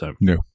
No